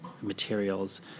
materials